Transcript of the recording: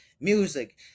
music